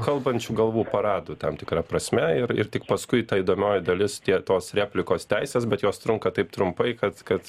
kalbančių galvų paradu tam tikra prasme ir ir tik paskui ta įdomioji dalis tie tos replikos teisės bet jos trunka taip trumpai kad kad